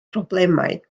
problemau